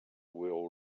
will